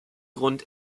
grund